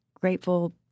grateful